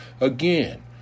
Again